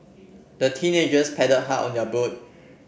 the teenagers paddled hard on their boat